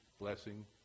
blessing